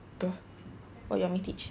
don't want what you want me teach